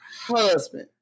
husband